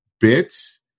bits